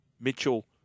Mitchell